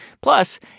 Plus